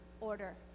Order